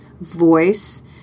voice